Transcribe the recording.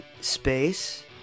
space